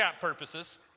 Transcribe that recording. purposes